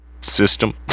System